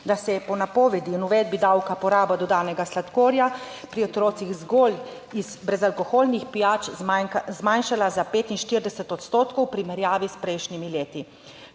da se je po napovedi in uvedbi davka poraba dodanega sladkorja pri otrocih zgolj iz brezalkoholnih pijač zmanjšala za 45 odstotkov v primerjavi s prejšnjimi leti.